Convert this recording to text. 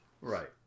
Right